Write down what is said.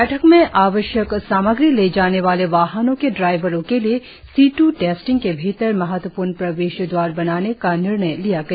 बैठक में आवश्यक सामग्री ले जाने वाले वाहनों के ड्राईवरों के लिए सीत् टेस्टिंग के भीतर महत्वपूर्ण प्रवेश द्वार बनाने का भी निर्णय लिया गया